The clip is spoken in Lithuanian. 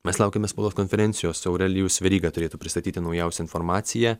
mes laukiame spaudos konferencijos aurelijus veryga turėtų pristatyti naujausią informaciją